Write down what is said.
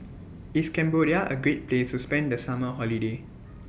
IS Cambodia A Great Place to spend The Summer Holiday